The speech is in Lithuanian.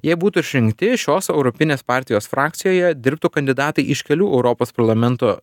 jei būtų išrinkti šios europinės partijos frakcijoje dirbtų kandidatai iš kelių europos parlamento